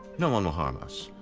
no one will harm us.